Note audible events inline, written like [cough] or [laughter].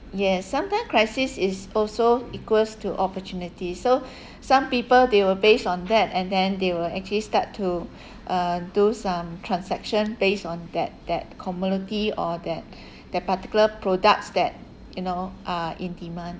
yes sometime crisis is also equals to opportunity so [breath] some people they will base on that and then they will actually start to uh do some transaction based on that that commodity or that [breath] that particular products that you know are in demand